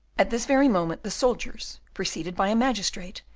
at this very moment the soldiers, preceded by a magistrate,